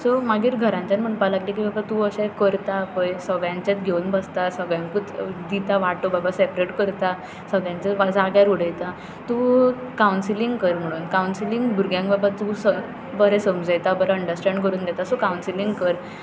so मागीर घरांतल्यान म्हणपा लागली की बाबा तूं अशें करता पळय सगळ्यांचेंच घेवन बसता सगळ्यांकूच दिता वांटो बाबा सॅपरेट करता सगळ्यांचें जाग्यार उडयता तूं कावंसलिंग कर म्हणून कावंसलिंग भुरग्यांक बाबा तूं बरें समजयता बरें अंडरस्टॅण्ड करून घेता सो कावंसलिंग कर